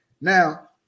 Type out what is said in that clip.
Now